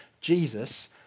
Jesus